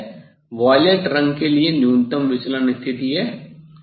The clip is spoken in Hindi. अब यह वायलेट रंग के लिए न्यूनतम विचलन स्थिति है